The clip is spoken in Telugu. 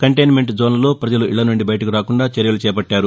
కంటైన్మెంట్ జోన్లలో ప్రజలు ఇక్ల నుండి బయటకు రాకుండా చర్యలు చేపట్లారు